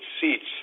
seats